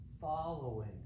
following